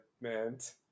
meant